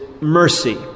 mercy